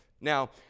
Now